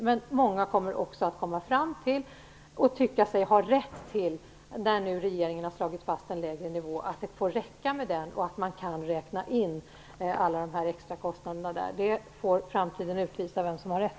Men många kommer också att komma fram till och tycka sig ha rätt i, att när regeringen nu har slagit fast en lägre nivå får det räcka med den och att man kan räkna in alla extrakostnaderna där. Framtiden får utvisa vem som har rätt.